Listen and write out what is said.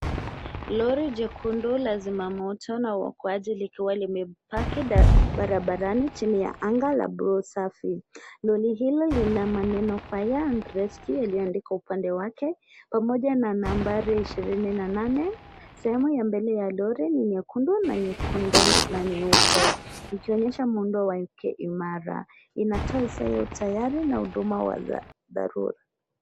Lori jekundu la zimamoto na uokoaji likiwa limepaki barabarani chini ya anga la buluu safi. Lori hilo lina maneno fire and rescue yaliyoandikwa upande wake pamoja na nambari ishirini na nane. Sehemu ya mbele ya lori ni nyekundu na nyeupe ikionyesha muundo wake imara. Inatoa hisia ya utayari na huduma za dharura.